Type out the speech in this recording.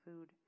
food